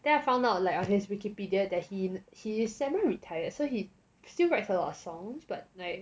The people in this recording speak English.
then I found out like on his wikipedia that he he is semi retired so he still writes a lot of songs but like